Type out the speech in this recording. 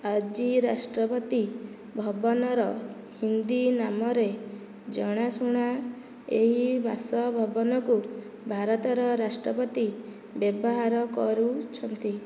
ଆଜି ରାଷ୍ଟ୍ରପତି ଭବନର ହିନ୍ଦୀ ନାମରେ ଜଣାଶୁଣା ଏହି ବାସଭବନକୁ ଭାରତର ରାଷ୍ଟ୍ରପତି ବ୍ୟବହାର କରୁଛନ୍ତି